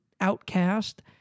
outcast